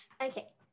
Okay